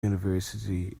university